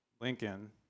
Lincoln